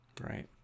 Right